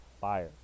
fire